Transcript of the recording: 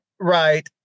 right